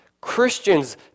Christians